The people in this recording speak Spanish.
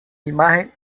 imagen